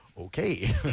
okay